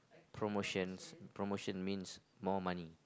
promotions promotion means more money